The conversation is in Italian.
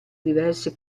diversi